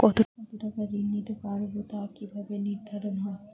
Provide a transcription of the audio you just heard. কতো টাকা ঋণ নিতে পারবো তা কি ভাবে নির্ধারণ হয়?